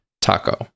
TACO